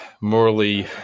morally